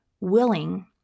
willing